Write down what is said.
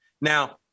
Now